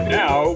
now